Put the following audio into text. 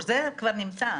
זה כבר נמצא.